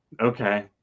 Okay